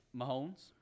Mahomes